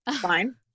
Fine